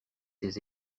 ses